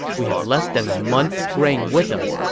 we have less than a month's grain with us.